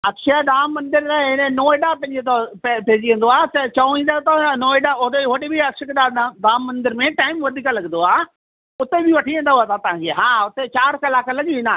अक्षरधाम मंदिर त एॾे नोएडा पइजी वेंदो आहे पे पइजी वेंदो आहे त चवंदा त नोएडा ओॾे होॾे बि अक्षकधा धाम मंदिर में टाइम वधीक लगंदो आहे उते बि वठी वेंदव असां तव्हांखे हा हुते चारि कलाक लॻी वेंदा आहिनि